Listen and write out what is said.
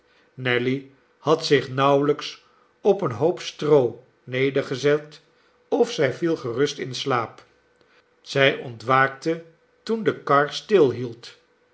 nelly had zich nauwelijks op een hoop stroo nedergezet of zij viel gerust in slaap zij ontwaakte toen de kar